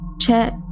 check